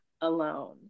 alone